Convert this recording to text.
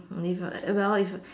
if I well if